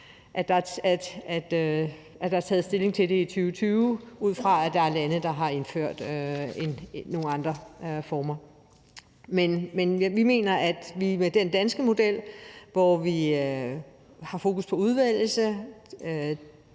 at der er taget stilling til det i 2020, ud fra at der er lande, der har indført nogle andre former. Men vi mener, at vi med den danske model, hvor man har fokus på udvælgelse